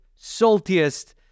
saltiest